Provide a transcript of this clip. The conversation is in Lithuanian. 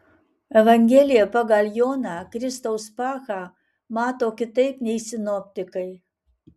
evangelija pagal joną kristaus paschą mato kitaip nei sinoptikai